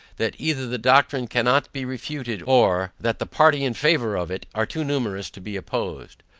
that either the doctrine cannot be refuted, or, that the party in favour of it are too numerous to be opposed.